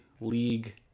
League